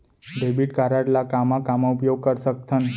Debit card ला कामा कामा उपयोग कर सकथन?